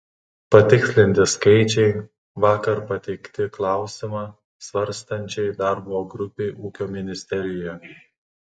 patikslinti skaičiai vakar pateikti klausimą svarstančiai darbo grupei ūkio ministerijoje